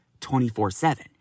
24-7